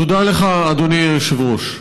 תודה לך, אדוני היושב-ראש.